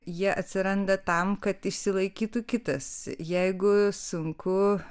jie atsiranda tam kad išsilaikytų kitas jeigu sunku